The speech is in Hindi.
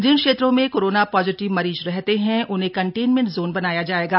जिन क्षेत्रों में कोरोना पॉजिटिव मरीज रहते हैं उन्हें कंटेनमेंट जोन बनाया जाएगा